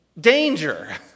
Danger